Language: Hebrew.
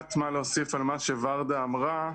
מעט מה להוסיף על מה שאמרה ורדה.